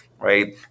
right